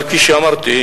אבל כפי שאמרתי,